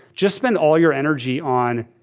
just spend all your energy on,